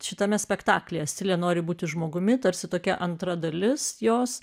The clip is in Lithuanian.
šitame spektaklyje scilė nori būti žmogumi tarsi tokia antra dalis jos